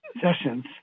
sessions